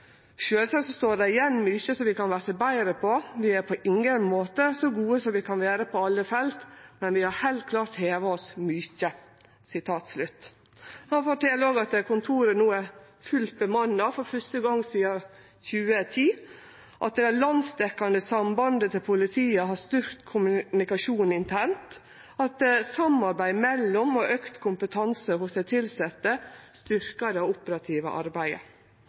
Sjølvsagt står det igjen mykje som vi kan bli betre på, vi er på ingen måte så gode som vi kan vere på alle felt, men vi har heilt klart heva oss mykje.» Han fortel òg at kontoret no er fullt bemanna for fyrste gong sidan 2010, at det landsdekkjande sambandet til politiet har styrkt kommunikasjonen internt, og at samarbeidet mellom og auka kompetanse hos dei tilsette styrkjer det operative arbeidet.